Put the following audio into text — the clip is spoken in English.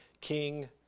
King